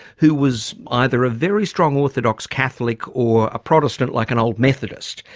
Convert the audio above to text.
who was either a very strong orthodox catholic or a protestant like an old methodist,